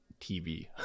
tv